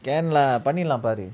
can lah பண்ணிடலாம் பாரு:panidalam paaru